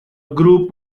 group